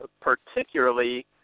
particularly